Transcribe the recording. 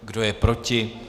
Kdo je proti?